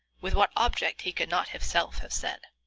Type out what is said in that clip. with what object he could not himself have said.